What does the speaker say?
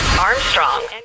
Armstrong